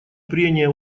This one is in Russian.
прения